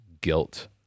guilt